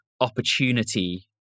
opportunity